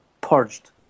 purged